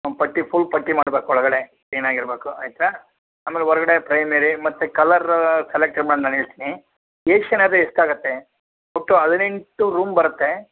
ಹ್ಞೂ ಪಟ್ಟಿ ಫುಲ್ ಪಟ್ಟಿ ಮಾಡ್ಬೇಕು ಒಳಗಡೆ ಕ್ಲೀನಾಗಿರಬೇಕು ಆಯಿತಾ ಆಮೇಲೆ ಹೊರ್ಗಡೆ ಪ್ರೈಮೆರಿ ಮತ್ತು ಕಲರ್ರ ಸೆಲೆಕ್ಟ್ ಮಾಡಿ ನಾನು ಹೇಳ್ತಿನಿ ಏಷಿಯನ್ ಆದರೆ ಎಷ್ಟು ಆಗುತ್ತೆ ಒಟ್ಟು ಹದಿನೆಂಟು ರೂಮ್ ಬರುತ್ತೆ